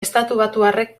estatubatuarrek